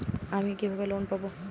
আমি কিভাবে লোন পাব?